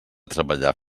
treballar